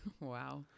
Wow